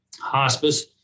Hospice